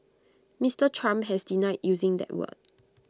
Mister Trump has denied using that word